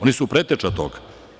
Oni su preteča toga.